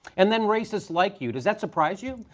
and then racists like you. does that surprise you?